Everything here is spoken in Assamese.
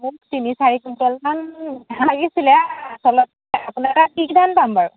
মোক তিনি চাৰি কুইণ্টেলমান ধান লাগিছিলে আচলতে আপোনাৰ তাত কি কি ধান পাম বাৰু